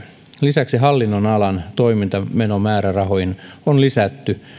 lisäksi hallinnonalan toimintamenomäärärahoihin on lisätty